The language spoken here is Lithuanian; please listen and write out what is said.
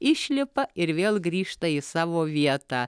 išlipa ir vėl grįžta į savo vietą